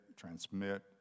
transmit